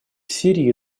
сирии